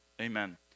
Amen